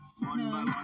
No